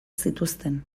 zituzten